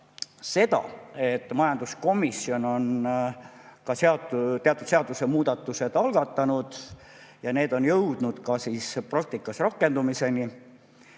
seda, et majanduskomisjon on teatud seadusemuudatused algatanud ja need on jõudnud ka praktikas rakendumiseni.